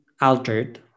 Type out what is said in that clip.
altered